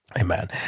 Amen